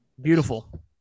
Beautiful